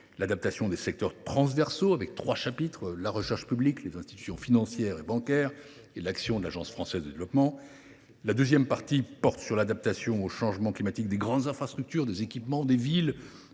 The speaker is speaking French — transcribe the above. l’adaptation des secteurs transversaux, au travers de trois chapitres : la recherche publique, les institutions financières et bancaires, et l’action de l’Agence française de développement. Dans la deuxième partie, nous abordons l’adaptation au changement climatique des grandes infrastructures – équipements, villes